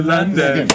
London